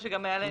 ההודעה.